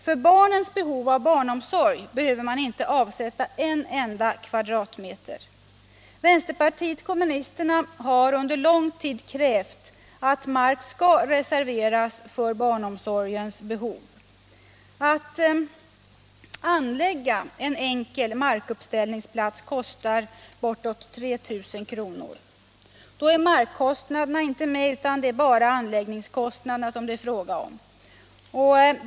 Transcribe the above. För barnens behov av barnomsorg behöver man inte reservera en enda kvadratmeter. Vänsterpartiet kommunisterna har under lång tid krävt att mark skall reserveras för barnomsorgens behov. Att anlägga en enkel markuppställningsplats kostar bortåt 3 000 kr. Då är markkostnaderna inte med, utan bara anläggningskostnaderna.